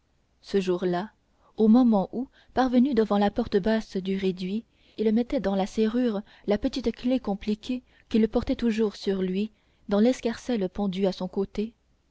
ce jour-là au moment où parvenu devant la porte basse du réduit il mettait dans la serrure la petite clef compliquée qu'il portait toujours sur lui dans l'escarcelle pendue à son côté